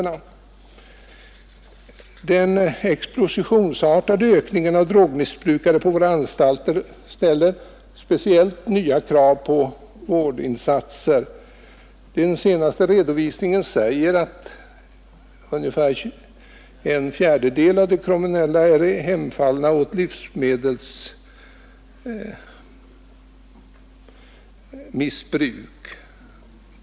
Den explosionsartade ökningen av drogmissbrukare på våra anstalter ställer nya krav på vårdinsatser. Av den senaste redovisningen framgår att ungefär en fjärdedel av de kriminella är hemfallna åt läkemedelsmissbruk.